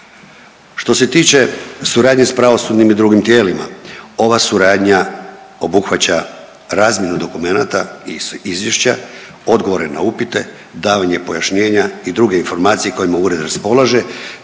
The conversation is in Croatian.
Što se tiče suradnje s pravosudnim i drugim tijelima ova suradnja obuhvaća razmjenu dokumenata iz izvješća, odgovore na upite, davanje pojašnjenja i druge informacije kojima ured raspolaže, te